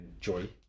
joy